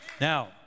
Now